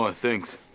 and thanks.